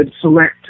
select